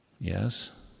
yes